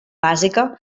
bàsica